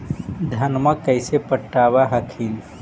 धन्मा कैसे पटब हखिन?